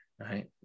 right